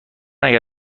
اگه